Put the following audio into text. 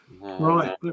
Right